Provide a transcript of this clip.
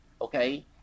okay